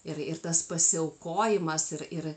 ir ir tas pasiaukojimas ir ir